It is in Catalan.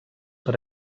per